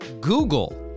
Google